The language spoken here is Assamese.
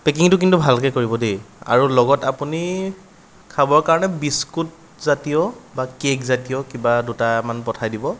পেকিংটো কিন্তু ভালকে কৰিব দেই আৰু লগত আপুনি খাবৰ কাৰণে বিস্কুট জাতীয় বা কেক জাতীয় কিবা দুটামান পঠাই দিব